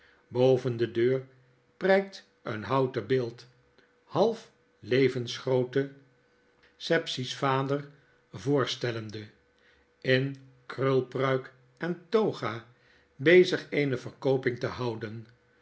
boven de deur prykt eenhoutenbeeld halflevensgrootte sapsea's vader voorstellende in krulpruik en toga bezig eene verkooping te houden